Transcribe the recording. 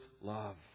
love